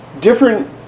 different